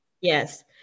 Yes